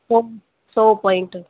सौ सौ पोइंट